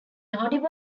audible